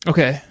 Okay